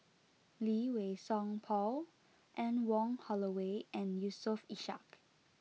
Lee Wei Song Paul Anne Wong Holloway and Yusof Ishak